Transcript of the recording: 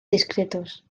discretos